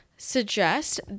suggest